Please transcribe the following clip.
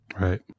Right